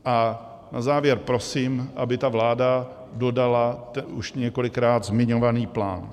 A na závěr prosím, aby vláda dodala už několikrát zmiňovaný plán.